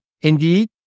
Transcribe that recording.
indeed